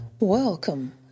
welcome